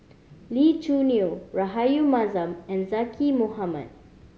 Lee Choo Neo Rahayu Mahzam and Zaqy Mohamad